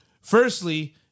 Firstly